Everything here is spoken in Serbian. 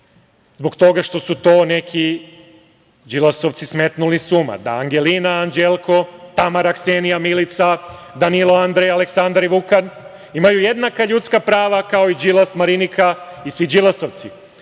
zbog toga što su to neki Đilasovci smetnuli suma da Angelina, Anđelko, Tamara, Ksenija, Milica, Danilo, Andrej, Aleksandar i Vukan imaju jednaka ljudska prava kao i Đilas, Marinika i svi Đilasovci. Kako